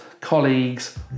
colleagues